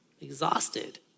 exhausted